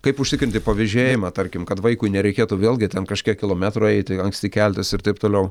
kaip užtikrinti pavėžėjimą tarkim kad vaikui nereikėtų vėlgi ten kažkiek kilometrų eiti anksti keltis ir taip toliau